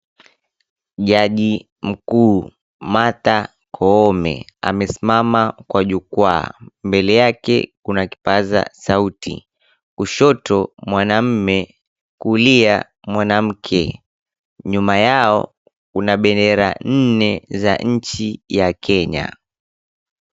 Jaji kuu Martha Koome amesimama kwa jukwaa. Mbele yake kuna kipaza sauti, kushoto mwanamume, kulia mwanamke, nyuma yao kuna bendera nne za nchi ya Kenya.